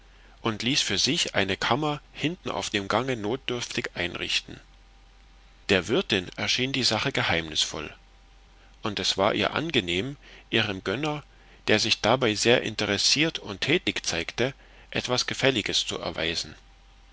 und ließ für sich eine kammer hinten auf dem gange notdürftig einrichten der wirtin erschien die sache geheimnisvoll und es war ihr angenehm ihrem gönner der sich dabei sehr interessiert und tätig zeigte etwas gefälliges zu erweisen